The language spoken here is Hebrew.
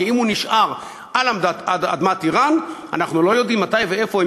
כי אם הוא נשאר על אדמת איראן אנחנו לא יודעים מתי ואיפה הם